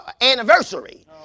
anniversary